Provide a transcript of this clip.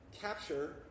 capture